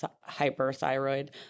hyperthyroid